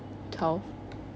twelve